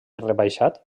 rebaixat